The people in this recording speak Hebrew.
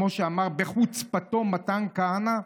כמו שאמר בחוצפתו מתן כהנא?